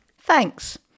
Thanks